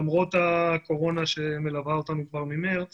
למרות הקורונה שמלווה אותנו כבר מחודש מארס